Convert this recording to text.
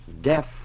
death